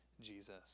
Jesus